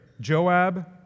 Joab